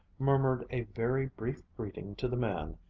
murmured a very brief greeting to the man,